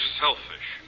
selfish